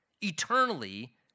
eternally